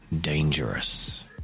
dangerous